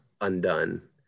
Undone